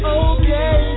okay